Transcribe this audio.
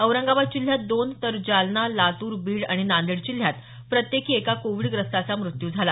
औरंगाबाद जिल्ह्यात दोन तर जालना लातूर बीड आणि नांदेड जिल्ह्यात प्रत्येकी एका कोविडग्रस्ताचा मृत्यू झाला